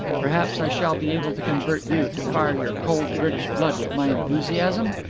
perhaps i shall be able to convert you, to fire your cold british blood with my enthusiasm?